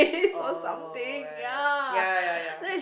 oh right ya ya ya ya